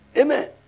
Amen